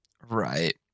Right